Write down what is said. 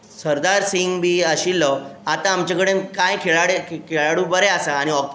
सरदार सिंह बी आशिल्लो आतां आमचे कडेन कांय खेळाडू बरे आसा आनी